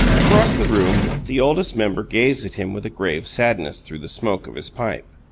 across the room the oldest member gazed at him with a grave sadness through the smoke of his pipe.